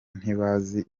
ntibazi